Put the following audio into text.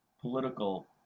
political